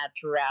throughout